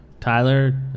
Tyler